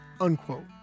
unquote